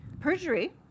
Perjury